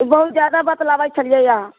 बहुत जादा बतलाबै छलियै अहाँ